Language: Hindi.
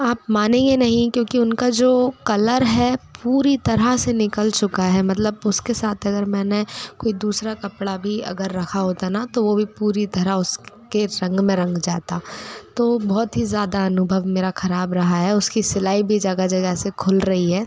आप मानेंगे नहीं क्योंकि उनका जो कलर है पूरी तरह से निकल चुका है मतलब उसके साथ अगर मैंने कोई दूसरा कपड़ा भी अगर रखा होता ना तो वो भी पूरी तरह उसके रंग में रंग जाता तो बहुत ही ज़्यादा अनुभव मेरा ख़राब रहा है उसकी सिलाई भी जगह जगह से खुल रही है